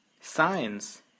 Science